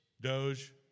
Doge